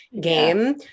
game